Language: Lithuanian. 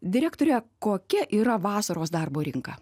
direktore kokia yra vasaros darbo rinka